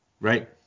right